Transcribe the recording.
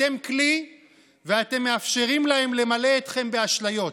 אתם כלי ואתם מאפשרים להם למלא אתכם באשליות.